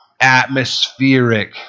atmospheric